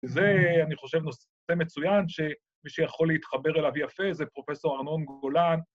זה אני חושב נושא מצוין, שמי שיכול להתחבר אליו יפה זה פרופ' ארנון גולן.